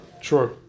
sure